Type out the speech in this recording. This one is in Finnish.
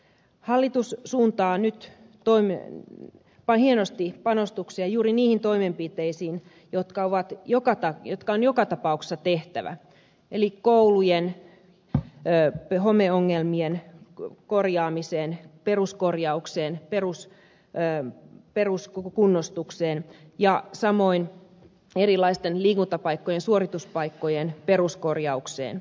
hallitus suuntaa nyt hienosti panostuksia juuri niihin toimenpiteisiin jotka on joka tapauksessa tehtävä eli koulujen homeongelmien korjaamiseen peruskorjaukseen peruskunnostukseen ja samoin erilaisten liikuntapaikkojen ja suorituspaikkojen peruskorjaukseen